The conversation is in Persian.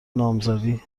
نامزدی